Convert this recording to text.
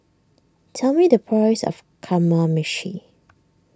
tell me the price of Kamameshi